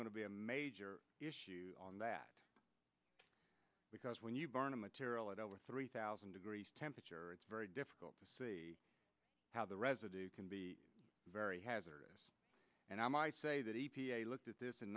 to be a major issue on that because when you burn a material at over three thousand degrees temperature it's very difficult to see how the residue can be very hazardous and i might say that e p a looked at this